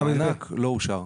המענק לא אושר.